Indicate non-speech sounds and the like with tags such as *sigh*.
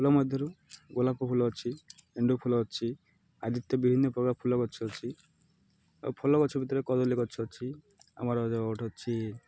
ଫୁଲ ମଧ୍ୟରୁ ଗୋଲାପ ଫୁଲ ଅଛି ଗେଣ୍ଡୁ ଫୁଲ ଅଛି *unintelligible* ପ୍ରକାର ଫୁଲ ଗଛ ଅଛି ଆଉ ଫଳ ଗଛ ଭିତରେ କଦଳୀ ଗଛ ଅଛି ଆମର ଯେଉଁ ଗୋଟେ ଅଛି